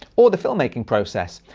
or the filmmaking process.